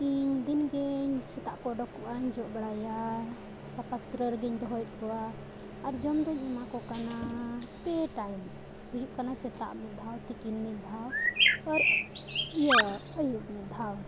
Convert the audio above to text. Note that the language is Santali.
ᱛᱤᱠᱤᱱ ᱫᱤᱱ ᱜᱮᱧ ᱥᱮᱛᱟᱜ ᱠᱚ ᱩᱰᱩᱠᱚᱜᱼᱟ ᱡᱚᱜ ᱵᱟᱲᱟᱭᱟ ᱥᱟᱯᱷᱟ ᱥᱩᱛᱨᱟᱹ ᱨᱮᱜᱮᱧ ᱫᱚᱦᱚᱭᱮᱫ ᱠᱚᱣᱟ ᱟᱨ ᱡᱚᱢ ᱫᱚᱧ ᱮᱢᱟ ᱠᱚ ᱠᱟᱱᱟ ᱯᱮ ᱴᱟᱭᱤᱢ ᱦᱩᱭᱩᱜ ᱠᱟᱱᱟ ᱥᱮᱛᱟᱜ ᱢᱤᱫ ᱫᱷᱟᱣ ᱛᱤᱠᱤᱱ ᱢᱤᱫ ᱫᱷᱟᱣ ᱟᱨ ᱤᱭᱟᱹ ᱟᱹᱭᱩᱵ ᱢᱤᱫ ᱫᱷᱟᱣ